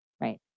Right